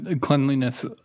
Cleanliness